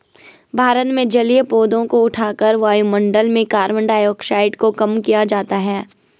भारत में जलीय पौधों को उठाकर वायुमंडल में कार्बन डाइऑक्साइड को कम किया जाता है